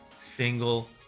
single